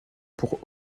pour